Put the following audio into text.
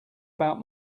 about